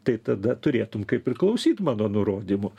tai tada turėtum kaip ir klausyt mano nurodymų